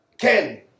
Ken